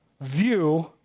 view